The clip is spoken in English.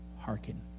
hearken